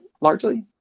largely